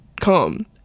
come